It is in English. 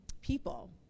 people